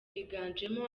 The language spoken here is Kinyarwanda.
biganjemo